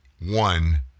one